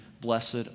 blessed